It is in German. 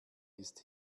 ist